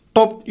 Top